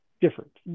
different